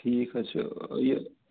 ٹھیٖک حظ چھِ یہِ